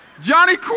Johnny